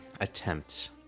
attempts